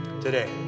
Today